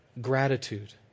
gratitude